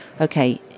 okay